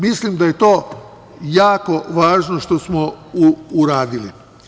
Mislim da je to jako važno što smo uradili.